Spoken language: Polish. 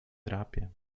drapie